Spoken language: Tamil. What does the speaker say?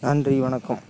நன்றி வணக்கம்